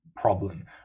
problem